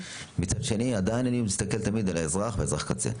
מצד שני עדיין אני מסתכל תמיד על האזרח ולקוח הקצה,